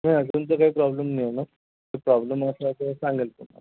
हो अजून तर काही प्रॉब्लेम नाही ना प्रॉब्लेम असला तर सांगेल तुम्हाला